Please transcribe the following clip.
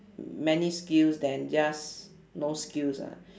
many skills than just no skills ah